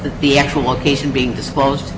the actual location being disposed